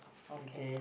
okay